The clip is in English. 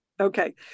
okay